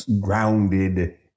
grounded